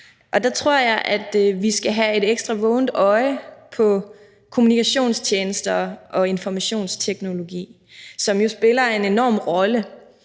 Derfor tror jeg, at vi skal have et ekstra vågent øje på kommunikationstjenester og informationsteknologi, som jo spiller en enorm rolle,